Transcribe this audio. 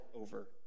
over